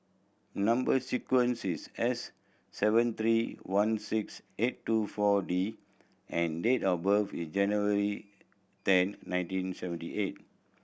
number sequence is S seven three one six eight two Four D and date of birth is January ten nineteen seventy eight